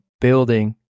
building